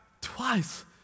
twice